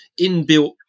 inbuilt